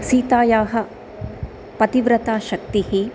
सीतायाः पतिव्रताशक्तिः